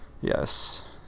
Yes